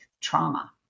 trauma